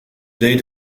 deed